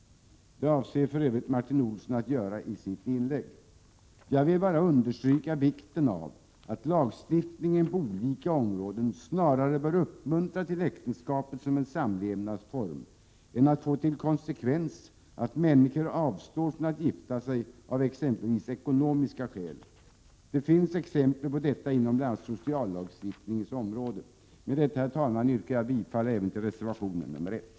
Det avser för övrigt Martin Olsson att göra i sitt inlägg. Jag vill bara understryka vikten av att lagstiftningen på olika områden snarare bör uppmuntra till äktenskapet som samlevnadsform än få till konsekvens att människor avstår från att gifta sig, av exempelvis ekonomiska skäl. Det finns exempel på detta inom bl.a. sociallagstiftningens område. Med detta, herr talman, yrkar jag bifall även till reservation nr 1.